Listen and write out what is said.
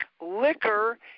liquor